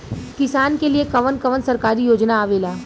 किसान के लिए कवन कवन सरकारी योजना आवेला?